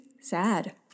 sad